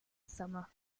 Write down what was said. summer